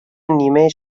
نیمه